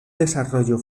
desarrollo